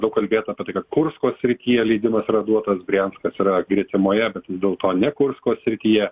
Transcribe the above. daug kalbėta apie tai kad kursko srityje leidimas yra duotas brianskas yra gretimoje bet dėl to ne kursko srityje